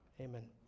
Amen